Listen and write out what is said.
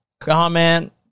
comment